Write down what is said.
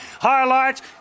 Highlights